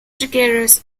treacherous